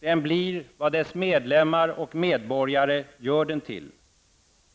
Den blir vad dess medlemmar och medborgare gör den till.